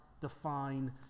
define